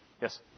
Yes